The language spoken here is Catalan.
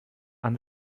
han